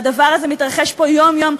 והדבר הזה מתרחש פה יום-יום,